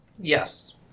Yes